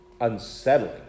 unsettling